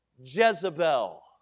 Jezebel